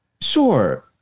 Sure